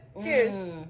Cheers